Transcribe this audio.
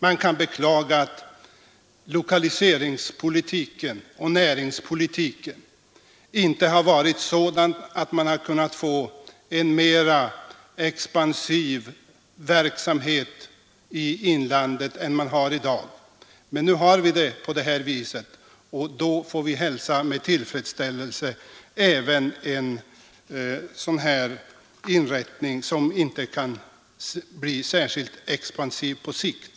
Man kan dock beklaga att lokaliseringsoch näringspolitiken inte har varit sådan att en mera expansiv verksamhet än ett försvarsförband kunnat åstadkommas i inlandet. Den nu utlovade åtgärden får trots allt hälsas med tillfredsställelse, även om ifrågavarande inrättning såvitt jag förstår inte kan bli särskilt expansiv på sikt.